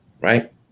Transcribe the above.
right